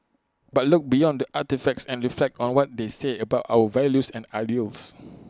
but look beyond the artefacts and reflect on what they say about our values and ideals